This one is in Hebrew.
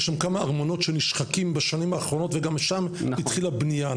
יש שם כמה ארמונות שנשחקים בשנים האחרונות וגם שם התחילה בנייה,